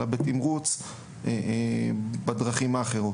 אלא בתמרוץ בדרכים האחרות,